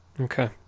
Okay